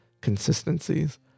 consistencies